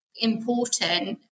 important